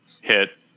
hit